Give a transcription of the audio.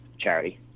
charity